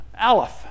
aleph